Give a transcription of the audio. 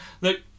Look